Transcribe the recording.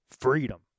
freedom